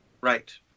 Right